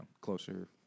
closer